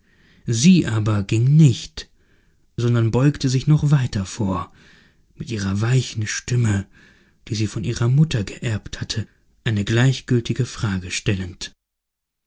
sie aber ging nicht sondern beugte sich noch weiter vor mit ihrer weichen stimme die sie von ihrer mutter geerbt hatte eine gleichgültige frage stellend